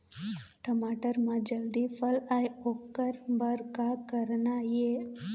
टमाटर म जल्दी फल आय ओकर बर का करना ये?